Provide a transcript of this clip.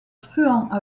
truands